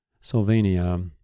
Sylvania